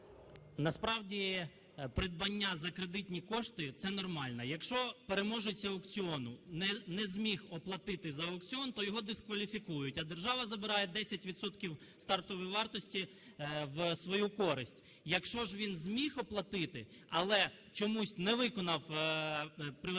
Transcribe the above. Насправді придбання за кредитні кошти – це нормально. Якщо переможець аукціону не зміг оплатити за аукціон, то його дискваліфікують, а держава забирає 10 відсотків стартової вартості в свою користь. Якщо ж він зміг оплатити, але чомусь не виконав приватизаційні